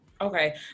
Okay